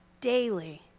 daily